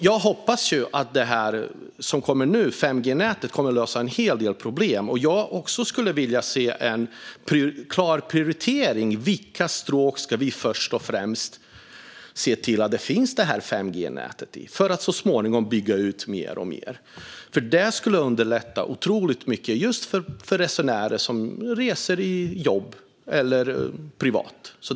Jag hoppas att 5G-nätet kommer att lösa en hel del problem. Jag skulle också vilja se en klar prioritering av var detta 5G-nät först och främst ska finnas för att det så småningom ska byggas ut mer och mer. Det skulle underlätta otroligt mycket just för resenärer som reser i jobbet eller privat.